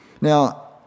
Now